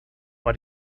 but